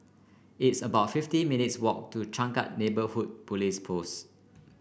it's about fifty minutes walk to Changkat Neighbourhood Police Post